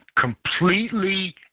completely